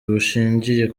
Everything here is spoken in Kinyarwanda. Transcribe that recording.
bushingiye